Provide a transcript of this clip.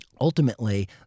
ultimately